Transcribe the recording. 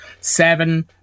Seven